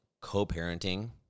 co-parenting